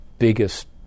biggest